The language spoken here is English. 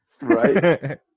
Right